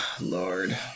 Lord